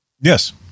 yes